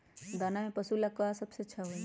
दाना में पशु के ले का सबसे अच्छा होई?